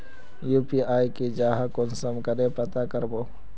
UPI की जाहा कुंसम करे पता करबो?